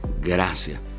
Gracias